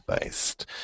based